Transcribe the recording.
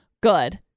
good